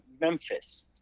Memphis